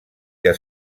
que